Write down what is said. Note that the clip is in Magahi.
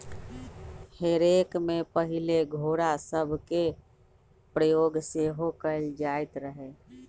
हे रेक में पहिले घोरा सभके प्रयोग सेहो कएल जाइत रहै